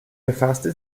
befasste